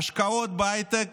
ההשקעות בהייטק